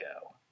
go